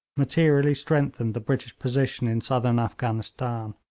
materially strengthened the british position in southern afghanistan.